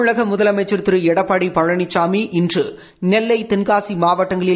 தமிழக முதலமைச்சர் திரு எடப்பாடி பழனிசாமி இன்று நெல்லை தெள்காசி மாவட்டங்களில்